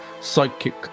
Psychic